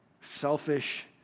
selfish